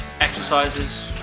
exercises